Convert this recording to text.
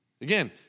Again